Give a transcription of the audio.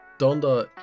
Donda